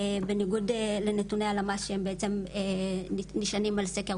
בניגוד לנתוני הלמ"ס שהם בעצם נשענים על סקר